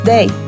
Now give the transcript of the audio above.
Day